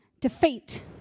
defeat